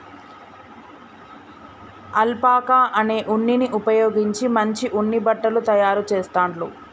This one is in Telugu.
అల్పాకా అనే ఉన్నిని ఉపయోగించి మంచి ఉన్ని బట్టలు తాయారు చెస్తాండ్లు